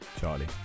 Charlie